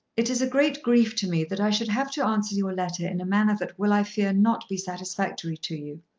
it is a great grief to me that i should have to answer your letter in a manner that will i fear not be satisfactory to you.